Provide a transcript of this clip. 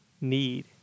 need